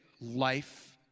life